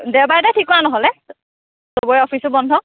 দেওবাৰ এটাই ঠিক কৰা নহ'লে চবৰে অফিচো বন্ধ